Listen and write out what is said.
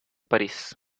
parís